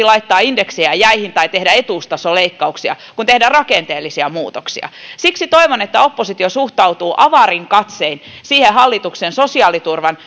laittaa indeksejä jäihin tai tehdä etuustasoleikkauksia kuin tehdä rakenteellisia muutoksia siksi toivon että oppositio suhtautuu avarin katsein siihen hallituksen sosiaaliturvan